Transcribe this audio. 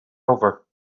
over